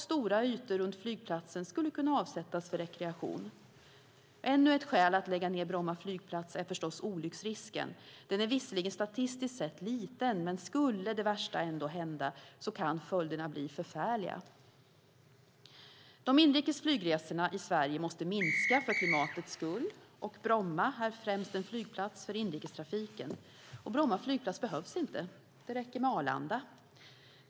Stora ytor runt flygplatsen kan avsättas för rekreation. Ännu ett skäl att lägga ned Bromma flygplats är förstås olycksrisken. Den är visserligen statistiskt sett liten, men skulle det värsta ändå hända kan följderna bli förfärliga. De inrikes flygresorna i Sverige måste minska för klimatets skull, och Bromma är främst en flygplats för inrikestrafiken. Bromma flygplats behövs inte. Det räcker med Arlanda.